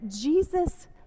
Jesus